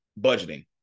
budgeting